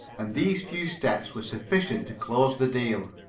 and these few steps were sufficient to close the deal.